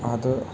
അത്